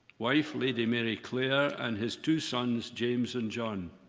wife, lady mary claire, and his two sons, james and john.